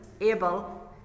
able